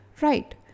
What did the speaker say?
Right